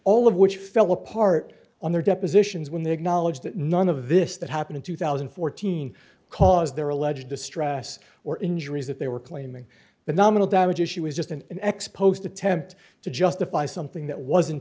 all of which fell apart on their depositions when they acknowledged that none of this that happened in two thousand and fourteen because their alleged distress or injuries that they were claiming that nominal damages she was just an ex post attempt to justify something that wasn't